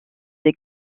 des